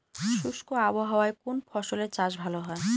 শুষ্ক আবহাওয়ায় কোন ফসলের চাষ ভালো হয়?